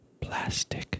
plastic